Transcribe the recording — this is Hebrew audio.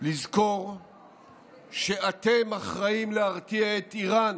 לזכור שאתם אחראים להרתיע את איראן